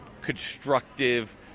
constructive